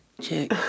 check